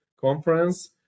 conference